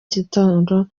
gitondo